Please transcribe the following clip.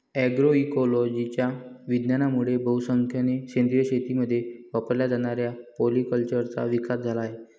अग्रोइकोलॉजीच्या विज्ञानामुळे बहुसंख्येने सेंद्रिय शेतीमध्ये वापरल्या जाणाऱ्या पॉलीकल्चरचा विकास झाला आहे